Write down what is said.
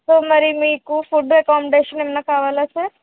so మరి మీకు food accommodation ఏమైనా కావాలా సార్